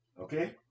okay